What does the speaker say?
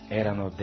erano